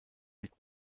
liegt